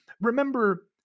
Remember